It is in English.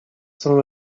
some